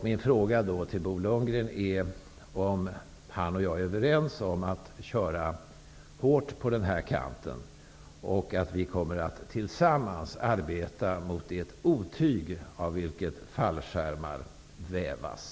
Min fråga till Bo Lundgren blir om han och jag är överens om att vi skall köra hårt på den kanten och om vi tillsammans skall arbeta mot det otyg av vilket fallmskärmar vävas.